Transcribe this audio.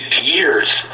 years